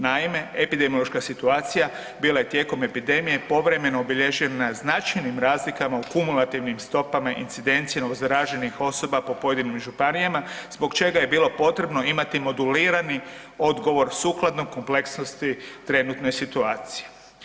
Naime, epidemiološka situacija bila je tijekom epidemije povremeno obilježena značajnim razlikama u kumulativnim stopama incidencije novozaraženih osoba po pojedinim županijama zbog čega je bilo potrebno imati modulirani odgovor sukladno kompleksnosti trenutne situacije.